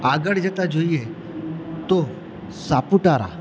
આગળ જતાં જોઈએ તો સાપુતારા